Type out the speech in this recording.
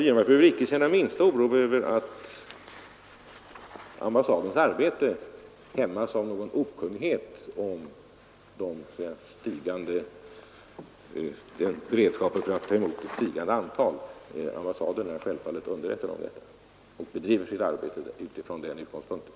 Herr Wirmark behöver inte känna minsta oro för att ambassadens arbete skall hämmas av någon okunnighet om beredskapen för att ta emot ett stigande antal personer. Ambassaden är självfallet underrättad om detta och bedriver sitt arbete från den utgångspunkten.